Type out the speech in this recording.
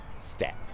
step